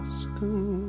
school